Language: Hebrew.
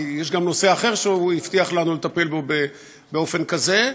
יש גם נושא אחר שהוא הבטיח לנו לטפל בו באופן כזה,